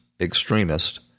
extremist